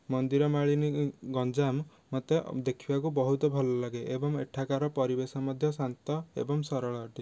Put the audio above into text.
ମନ୍ଦିର ମାଳିନୀ ଗଞ୍ଜାମ ମଧ୍ୟ ଦେଖିବାକୁ ବହୁତ ଭଲ ଲାଗେ ଏବଂ ଏଠାକାର ପରିବେଶ ମଧ୍ୟ ଶାନ୍ତ ଏବଂ ସରଳ ଅଟେ